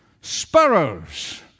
Sparrows